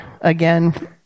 again